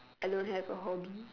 I don't have a hobby